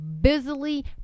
busily